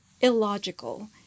illogical